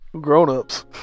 Grown-ups